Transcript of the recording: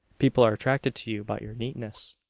people are attracted to you by your neatness.